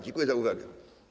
Dziękuję za uwagę.